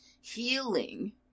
healing